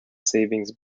savings